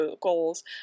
goals